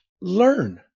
learn